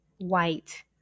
white